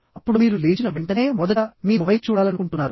అప్పుడు మీరు లేచిన వెంటనే మొదట మీ మొబైల్ చూడాలనుకుంటున్నారు